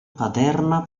paterna